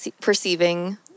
perceiving